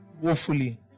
Woefully